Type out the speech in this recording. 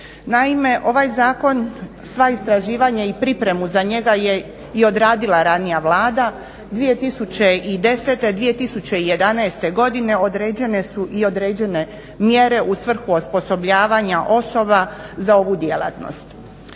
Naime, ovaj zakon, sva istraživanja i pripremu za njega je i odradila ranija Vlada. 2010. i 2011. određene su i određene mjere u svrhu osposobljavanja osoba za ovu djelatnost.